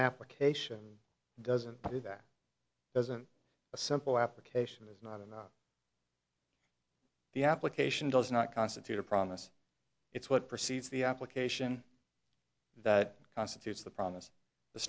an application doesn't do that there isn't a simple application is not enough the application does not constitute a promise it's what precedes the application that constitutes the promise t